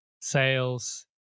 sales